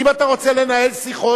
אם אתה רוצה לנהל שיחות,